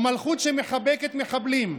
מלכות שמחבקת מחבלים?